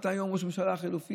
אתה היום ראש ממשלה חלופי,